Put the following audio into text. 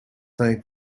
think